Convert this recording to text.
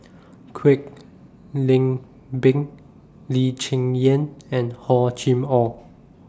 Kwek Leng Beng Lee Cheng Yan and Hor Chim Or